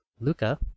Luca